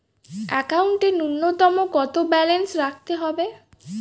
একাউন্টে নূন্যতম কত ব্যালেন্স রাখতে হবে?